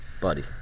Buddy